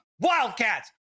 Wildcats